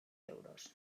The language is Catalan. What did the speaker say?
euros